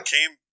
Came